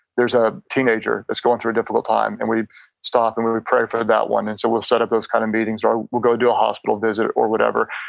there's a teenager that's going through a difficult time and we stop and we we pray for that one. and so we'll set up those kind of meetings. or we'll go do a hospital visit or whatever.